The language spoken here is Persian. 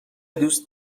دوست